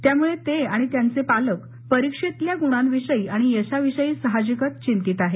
त्यामुळे ते आणि त्यांचे पालक परीक्षेतील गुणांविषयी आणि यशाविषयी साहजिकच चिंतित आहेत